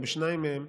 או בשניים מהם,